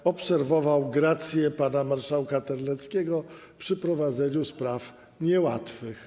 i będę obserwował grację pana marszałka Terleckiego przy prowadzeniu spraw niełatwych.